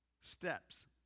steps